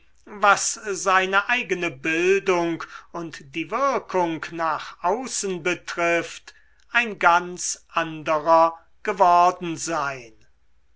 was seine eigene bildung und die wirkung nach außen betrifft ein ganz anderer geworden sein